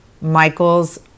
Michael's